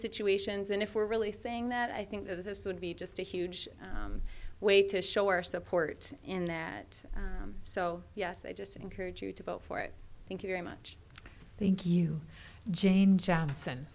situations and if we're really saying that i think this would be just a huge way to show our support in that so yes i just encourage you to vote for it thank you very much thank you jane johnson